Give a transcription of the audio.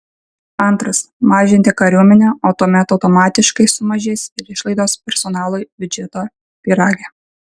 antras mažinti kariuomenę o tuomet automatiškai sumažės ir išlaidos personalui biudžeto pyrage